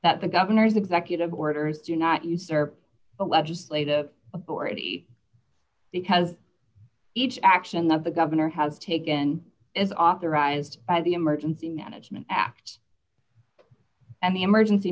that the governor's executive orders do not usurp the legislative authority because each action that the governor has taken is authorized by the emergency management act and the emergency